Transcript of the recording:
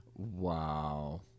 Wow